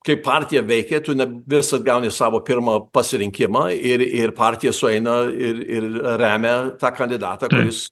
kaip partija veikia tu ne visad gauni savo pirmą pasirinkimą ir ir partija sueina ir ir remia tą kandidatą kuris